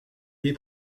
des